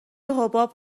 حباب